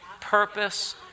purpose